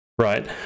right